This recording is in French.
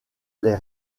les